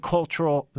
Cultural